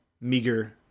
meager